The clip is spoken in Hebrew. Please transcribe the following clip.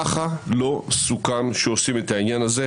ככה לא סוכם שעושים את העניין הזה.